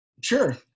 Sure